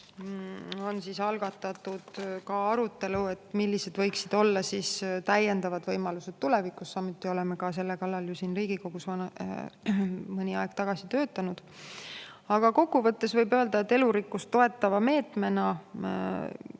koos on algatatud ka arutelu, millised võiksid olla täiendavad võimalused tulevikus. Samuti oleme selle kallal ka siin Riigikogus mõni aeg tagasi töötanud. Kokku võttes võib öelda, et elurikkust toetava meetmena,